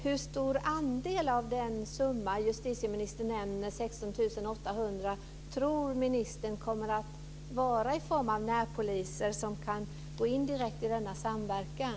Hur stor andel av den summa som justitieministern nämner, 16 800, tror ministern kommer att vara närpoliser som kan gå in direkt i denna samverkan?